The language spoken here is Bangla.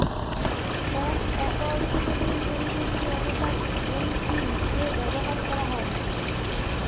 এক একর কৃষি জমিতে কি আনুপাতে এন.পি.কে ব্যবহার করা হয়?